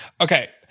Okay